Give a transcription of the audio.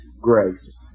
grace